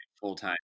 full-time